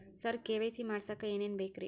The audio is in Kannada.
ಸರ ಕೆ.ವೈ.ಸಿ ಮಾಡಸಕ್ಕ ಎನೆನ ಬೇಕ್ರಿ?